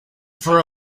for